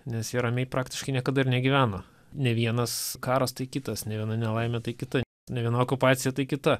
nes jie ramiai praktiškai niekada ir negyveno ne vienas karas tai kitas ne viena nelaimė tai kita ne viena okupacija tai kita